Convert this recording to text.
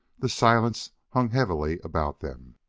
the silence hung heavily about them.